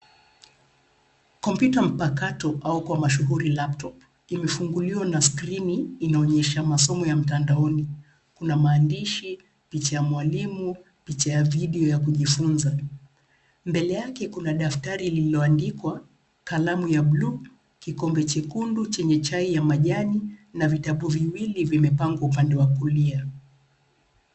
Kompyuta mpakato, au kwa mashuhuri (cs)laptop(cs), imefunguliwa na skrini inaonyesha masomo ya mtandaoni. Kuna maandishi, picha ya mwalimu, picha ya video ya kujifunza. Mbele yake, kuna daftari lililoandikwa, kalamu ya bluu, kikombe chekundu chenye chai ya majani, na vitabu viwili vimepangwa upande wa kulia.